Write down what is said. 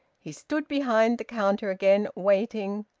he stood behind the counter again, waiting,